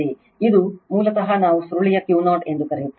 ಇದು ಮೂಲತಃ ನಾವು ಸುರುಳಿಯ Q0 ಎಂದು ಕರೆಯುತ್ತೇವೆ